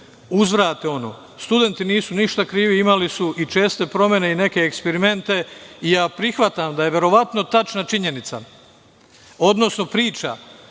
uzvrate. Studenti nisu ništa krivi. Imali su i česte promene i neke eksperimente i ja prihvatam da je verovatno tačna činjenica, odnosno priča